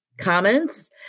comments